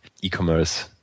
e-commerce